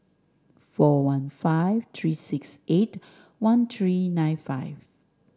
four one five three six eight one three nine five